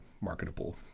marketable